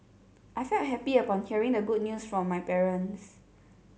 I felt happy upon hearing the good news from my parents